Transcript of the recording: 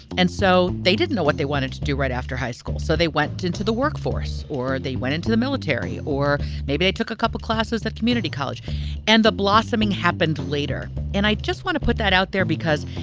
and so they didn't know what they wanted to do right after high school. so they went into the workforce or they went into the military, or maybe they took a couple of classes at community college and the blossoming happened later. and i just want to put that out there, because,